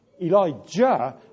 Elijah